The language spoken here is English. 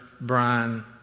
Brian